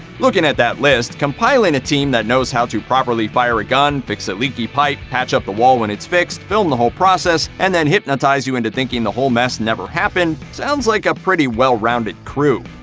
looking at that list, compiling a team that knows how to properly fire a gun, fix a leaky pipe, patch up the wall when its fixed, film the whole process, and then hypnotize you into thinking the whole mess never happened, sounds like a pretty well-rounded crew.